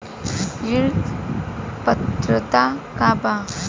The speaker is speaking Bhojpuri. ऋण पात्रता का बा?